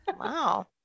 Wow